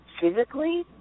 physically